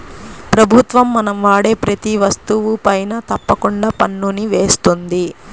ప్రభుత్వం మనం వాడే ప్రతీ వస్తువుపైనా తప్పకుండా పన్నుని వేస్తుంది